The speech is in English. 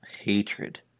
hatred